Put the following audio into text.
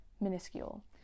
minuscule